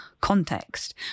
context